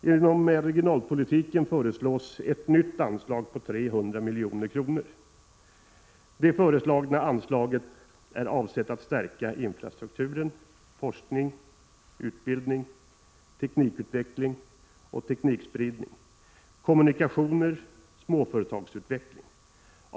Inom regionalpolitiken föreslås ett nytt anslag på 300 milj.kr. Det föreslagna anslaget är avsett att stärka infrastrukturen — forskning och utbildning, teknikutveckling och teknikspridning, kommunikationer, småföretagsutveckling.